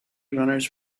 runners